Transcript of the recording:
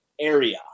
area